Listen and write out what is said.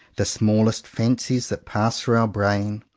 the smallest fancies that pass through our brain,